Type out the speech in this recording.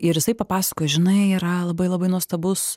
ir jisai papasakojo žinai yra labai labai nuostabus